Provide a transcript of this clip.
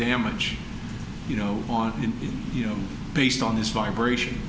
damage you know on in the you know based on this vibration